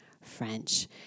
French